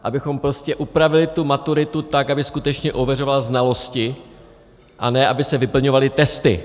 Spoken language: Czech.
Abychom prostě upravili maturitu tak, aby skutečně ověřovala znalosti, a ne aby se vyplňovaly testy.